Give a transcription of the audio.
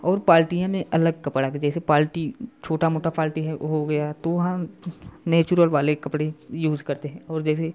और पाल्टियां में अलग कपड़ा जैसे पाल्टी छोटा मोटा पाल्टी है वह हो गया तो वहाँ नेचुरल वाले कपड़े यूज़ करते हैं और जैसे